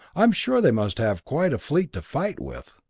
i'm sure they must have quite a fleet to fight with.